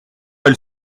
elle